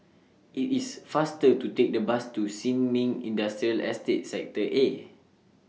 IT IS faster to Take The Bus to Sin Ming Industrial Estate Sector A